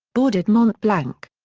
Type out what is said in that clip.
boarded mont-blanc.